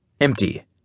Empty